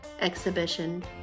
exhibition